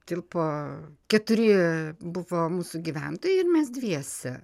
tilpo keturi buvo mūsų gyventojai ir mes dviese